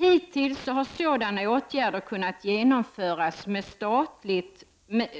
Hittills har sådana åtgärder kunnat geomföras med